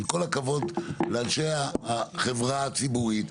עם כל הכבוד לאנשי החברה הציבורית,